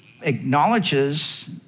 acknowledges